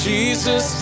Jesus